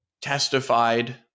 testified